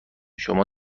شما